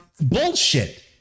Bullshit